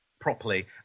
Properly